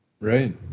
Right